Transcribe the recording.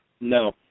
No